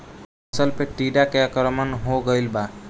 फसल पे टीडा के आक्रमण हो गइल बा?